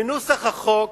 בנוסח החוק,